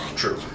true